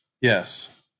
Yes